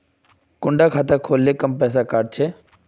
कुंडा खाता खोल ले कम पैसा काट छे?